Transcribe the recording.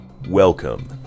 Welcome